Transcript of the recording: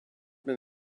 been